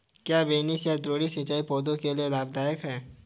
क्या बेसिन या द्रोणी सिंचाई पौधों के लिए लाभदायक है?